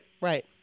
right